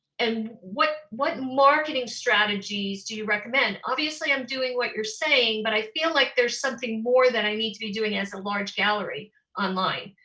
and what what marketing strategies do you recommend? obviously, i'm doing what you're saying but i feel like there's something more that i need to be doing as a large gallery online.